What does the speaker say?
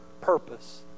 purpose